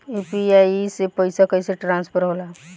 UPI से पैसा कैसे ट्रांसफर होला?